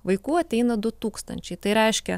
vaikų ateina du tūkstančiai tai reiškia